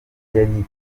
yari